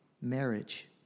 marriage